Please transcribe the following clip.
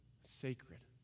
sacred